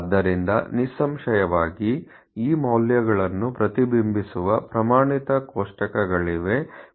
ಆದ್ದರಿಂದ ನಿಸ್ಸಂಶಯವಾಗಿ ಈ ಮೌಲ್ಯಗಳನ್ನು ಪ್ರತಿಬಿಂಬಿಸುವ ಪ್ರಮಾಣಿತ ಕೋಷ್ಟಕಗಳಿವೆ